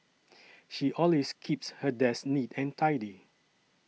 she always keeps her desk neat and tidy